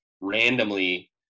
randomly